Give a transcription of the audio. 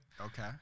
okay